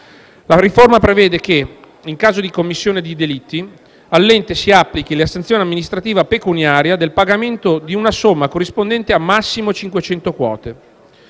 La riforma prevede che, in caso di commissione di delitti, all'ente si applichi la sanzione amministrativa pecuniaria del pagamento di una somma corrispondente a massimo 500 quote;